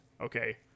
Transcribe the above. Okay